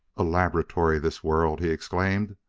a laboratory this world! he exclaimed.